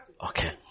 Okay